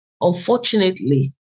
Unfortunately